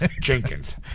Jenkins